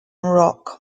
rock